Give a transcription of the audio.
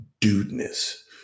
dudeness